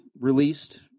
released